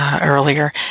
earlier